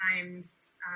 times